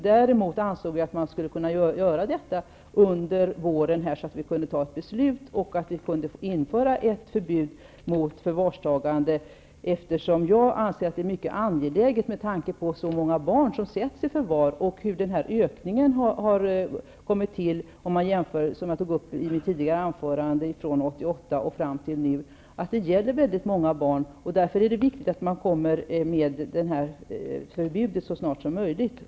Däremot ansåg jag att man skulle kunna göra det under våren, så att vi kunde fatta beslut och införa ett förbud mot förvarstagande av barn. Jag anser att det är mycket angeläget med tanke på att så många barn tas i förvar. Det har varit en ökning, som jag nämnde tidigare i mitt inlägg, från 1988 och fram till nu. Det handlar om väldigt många barn. Därför är det viktigt att ett förbud införs så snart som möjligt.